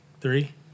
three